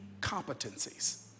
competencies